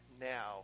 now